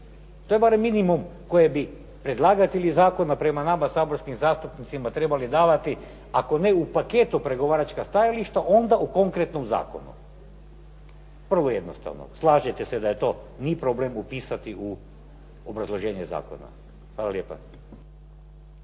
To je barem minimum koji bi predlagatelji zakona prema nama saborskim zastupnicima trebali davati, ako ne u paketu pregovaračka stajališta, onda u konkretnom zakonu. Vrlo jednostavno. Slažete se da to nije problem upisati u obrazloženje zakona. Hvala lijepa.